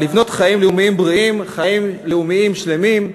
לבנות חיים לאומיים בריאים, חיים לאומיים שלמים,